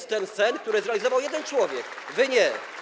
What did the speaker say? To jest sen, który zrealizował jeden człowiek, wy nie.